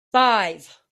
five